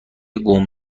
قوم